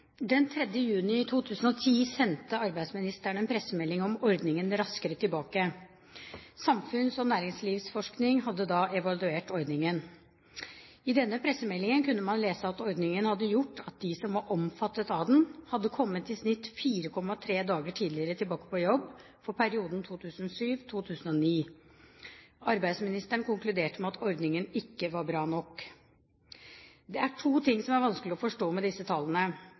næringslivsforskning hadde da evaluert ordningen. I pressemeldingen kunne man lese at ordningen hadde gjort at de som var omfattet av den, i snitt hadde kommet 4,3 dager tidligere tilbake på jobb i perioden 2007–2009. Arbeidsministeren konkluderte med at ordningen ikke var bra nok. Det er to ting ved disse tallene som det er vanskelig å forstå.